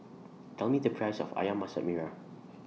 Tell Me The Price of Ayam Masak Merah